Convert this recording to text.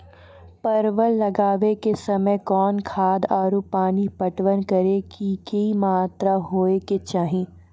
परवल लगाबै के समय कौन खाद आरु पानी पटवन करै के कि मात्रा होय केचाही?